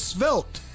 Svelte